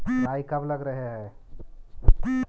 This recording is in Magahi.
राई कब लग रहे है?